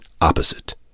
opposite